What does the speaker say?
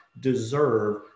deserve